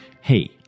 Hey